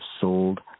sold